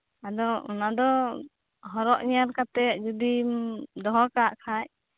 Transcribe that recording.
ᱟᱫᱚ ᱚᱱᱟᱫᱚ ᱦᱚᱨᱚᱜ ᱧᱮᱞ ᱠᱟᱛᱮ ᱡᱩᱫᱤᱢ ᱫᱚᱦᱚᱠᱟᱫ ᱠᱷᱟᱡ